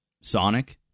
Sonic